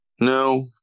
No